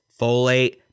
folate